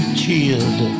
cheered